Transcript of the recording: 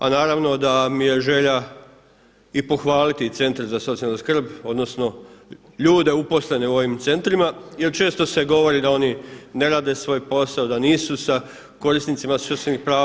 A naravno da mi je želja i pohvaliti centre za socijalnu skrb, odnosno ljude uposlene u ovim centrima jer često se govori da oni ne rade svoj posao, da nisu sa korisnicima socijalnih prava.